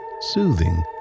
soothing